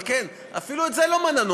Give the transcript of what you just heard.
אבל כן, אפילו את זה לא מנענו.